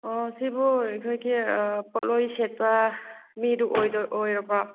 ꯑꯣ ꯁꯤꯕꯨ ꯑꯩꯈꯣꯏꯒꯤ ꯄꯣꯠꯂꯣꯏ ꯁꯦꯠꯄ ꯃꯤꯗꯨ ꯑꯣꯏꯔꯕꯣ